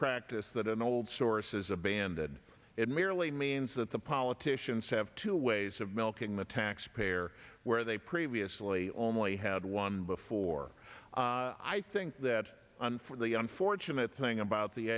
practice that an old source is abandoned it merely means that the politicians have two ways of milking the taxpayer where they previously only had one before i think that and for the unfortunate thing about the